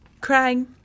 crying